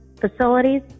facilities